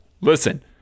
listen